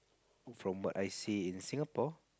from what I see in Singapore